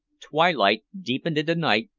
twilight deepened into night,